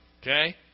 Okay